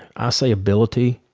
ah say ability.